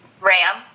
ram